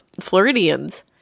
Floridians